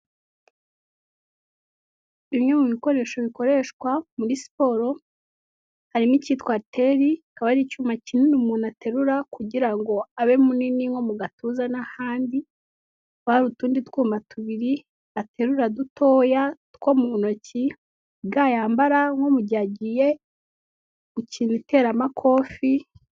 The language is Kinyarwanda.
Bimwe mu bikoresho bikoreshwa muri siporo harimo icyitwa ariteri, akaba ari icyuma kinini umuntu aterura kugira ngo abe munini mo mu gatuza n'ahandi hari utundi twuma tubiri aterura dutoya two mu ntoki akaba yambara nko mu gihe agiye gukina iteramakofi.